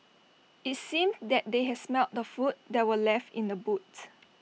IT seemed that they had smelt the food that were left in the boots